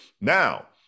now